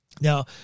Now